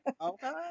Okay